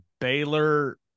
Baylor